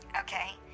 Okay